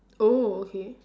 oh okay